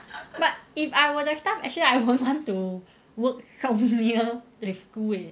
but if I were the stuff actually I won't want to work so near to the school eh